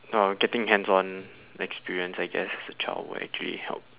oh getting hands on experience I guess as a child will actually help